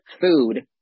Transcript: Food